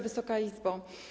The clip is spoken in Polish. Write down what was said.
Wysoka Izbo!